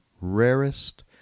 rarest